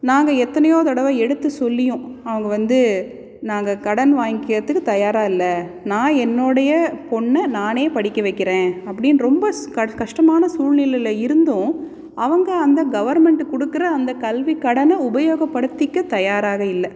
நாங்கள் எத்தனையோ தடவை எடுத்து சொல்லியும் அவங்க வந்து நாங்கள் கடன் வாங்கிக்கிறதுக்கு தயாராக இல்லை நான் என்னுடைய பொண்ணை நானே படிக்க வைக்கிறேன் அப்படின்னு ரொம்ப கஷ்டமான சூழ்நிலையில் இருந்தும் அவங்க அந்த கவர்மெண்ட்டு கொடுக்குற அந்த கல்வி கடனை உபயோகப்படுத்திக்க தயாராக இல்லை